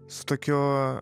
su tokiu